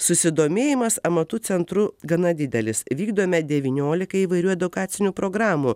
susidomėjimas amatų centru gana didelis vykdome devyniolika įvairių edukacinių programų